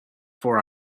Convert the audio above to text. for